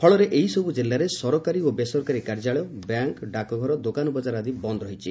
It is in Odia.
ଫଳରେ ଏହିସବୁ ଜିଲ୍ଲାରେ ସରକାରୀ ଓ ବେସରକାରୀ କାର୍ଯ୍ୟାଳୟ ବ୍ୟାଙ୍କ ଡାକଘର ଦୋକାନବଜାର ଆଦି ବନ୍ଦ ରହିଛି